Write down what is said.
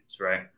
right